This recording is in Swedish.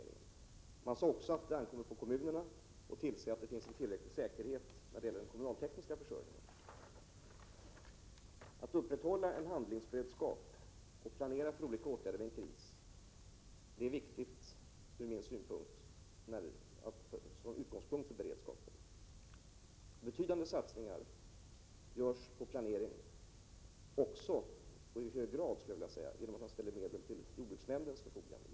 Kommittén sade också att det ankommer på kommunerna att tillse att det finns en tillräcklig säkerhet när det gäller den kommunaltekniska försörjningen. Att upprätthålla en handlingsberedskap och planera för olika åtgärder vid en kris är en viktig utgångspunkt för beredskapen. Betydande satsningar på planering görs också i hög grad genom att man ställer medel till jordbruksnämndens förfogande.